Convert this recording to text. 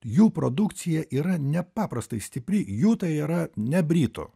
jų produkcija yra nepaprastai stipri jų tai yra ne britų